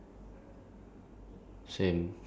I don't know I think got part two or something